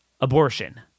abortion